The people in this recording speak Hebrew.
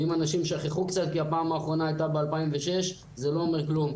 ואם אנשים שכחו קצת כי הפעם האחרונה הייתה ב-2006 זה לא אומר כלום,